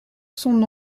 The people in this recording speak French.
son